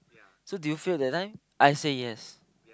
so do you fail that time I say yes